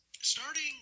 starting